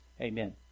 Amen